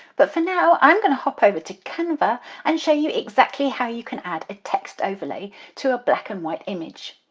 but for now i'm going to hop over to canva and show you exactly how you can add a text overlay to a black and white image.